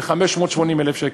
ב-580,000 שקל.